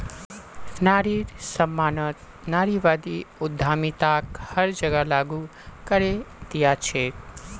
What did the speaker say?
नारिर सम्मानत नारीवादी उद्यमिताक हर जगह लागू करे दिया छेक